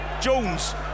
Jones